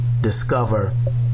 discover